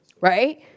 Right